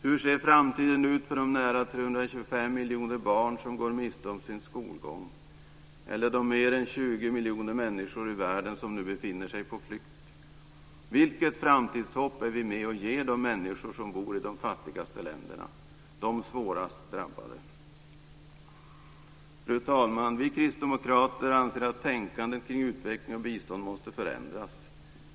Hur ser framtiden ut för de nära 325 miljoner barn som går miste om sin skolgång, eller de mer än 20 miljoner människor i världen som nu befinner sig på flykt? Vilket framtidshopp är vi med och ger de människor som bor i de fattigaste länderna, de svårast drabbade? Fru talman! Vi kristdemokrater anser att tänkandet kring utveckling och bistånd måste förändras.